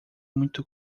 muito